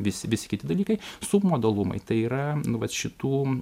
vis visi kiti dalykai sub modalumai tai yra nu vat šitų